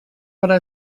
farà